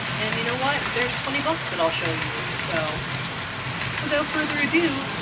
and you know what? there's twenty books that i'll show you. so without further ado,